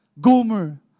Gomer